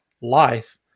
life